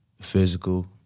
physical